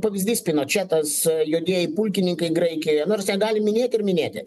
pavyzdys pinočetas juodieji pulkininkai graikijoje nors ją gali minėti ir minėti